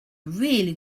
really